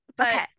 Okay